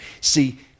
See